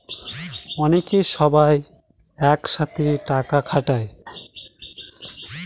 অনেকে সবাই এক সাথে টাকা খাটায়